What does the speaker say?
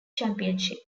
championships